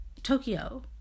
Tokyo